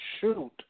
shoot